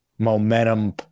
momentum